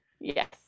Yes